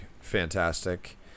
fantastic